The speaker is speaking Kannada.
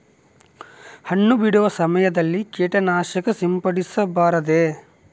ಹಣ್ಣು ಬಿಡುವ ಸಮಯದಲ್ಲಿ ಕೇಟನಾಶಕ ಸಿಂಪಡಿಸಬಾರದೆ?